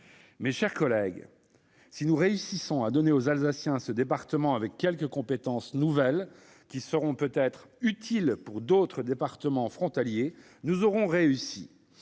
Mes chers collègues, si nous réussissons à donner aux Alsaciens ce département avec quelques compétences nouvelles qui seront peut-être utiles pour d'autres départements frontaliers, nous aurons réussi.